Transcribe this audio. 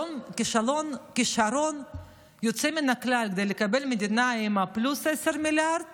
כישרון יוצא מן הכלל כדי לקבל מדינה עם פלוס 10 מיליארד